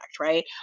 right